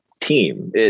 team